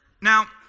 Now